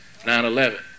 9-11